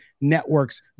networks